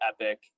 Epic